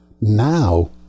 now